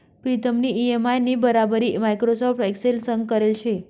प्रीतमनी इ.एम.आय नी बराबरी माइक्रोसॉफ्ट एक्सेल संग करेल शे